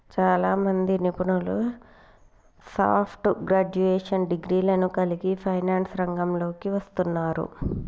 చాలామంది నిపుణులు soft graduation డిగ్రీలను కలిగి ఫైనాన్స్ రంగంలోకి వస్తున్నారు